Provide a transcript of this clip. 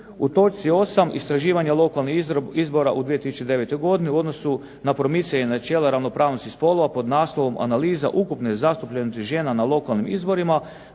U točci 8.-Istraživanje lokalnih izbora u 2009. godini u odnosu na promicanje načela ravnopravnosti spolova pod naslovom Analiza ukupne zastupljenosti žena na lokalnim izborima,